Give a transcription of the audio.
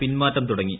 പിൻമാറ്റം തുടങ്ങി